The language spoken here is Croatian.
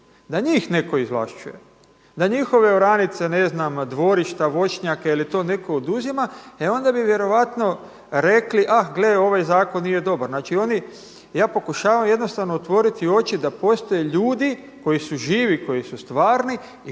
da njih netko izvlašćuje, da njihove oranice ne znam dvorišta, voćnjake da li to netko oduzima e onda bi vjerojatno rekli ah gle, ovaj zakon nije dobar. Znači oni, ja pokušavam jednostavno otvoriti oči da postoje ljudi koji su živi, koji su stvarni